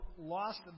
lost